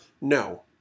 No